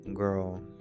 girl